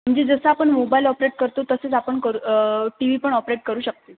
म्हणजे जसं आपण मोबाईल ऑपरेट करतो तसंच आपण करू टी व्ही पण ऑपरेट करू शकते